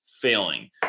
failing